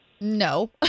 No